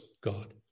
God